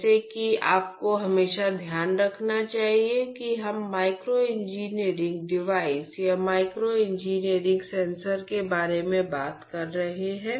जैसा कि आपको हमेशा ध्यान रखना चाहिए कि हम माइक्रो इंजीनियर डिवाइस या माइक्रो इंजीनियर सेंसर के बारे में बात कर रहे हैं